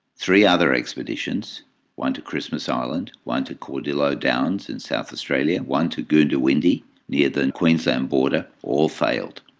three other expeditions one to christmas island, one to cordillo downs in south australia, one to goondiwindi near the and queensland border all failed.